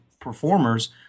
performers